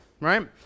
right